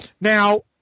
Now